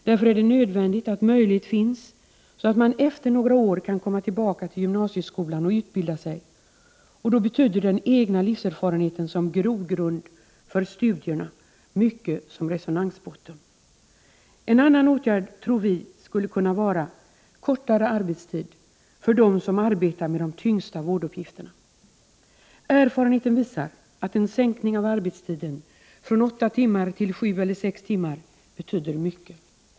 Därför är det nödvändigt att det finns möjlighet att efter några år komma tillbaka till gymnasieskolan och utbilda sig, och då betyder den egna livserfarenheten som grogrund för studierna mycket som resonansbotten. En annan åtgärd skulle kunna vara kortare arbetstid för dem som arbetar med de tyngsta vårduppgifterna. Erfarenheten visar att en minskning av arbetstiden från åtta till sju eller sex timmar betyder mycket.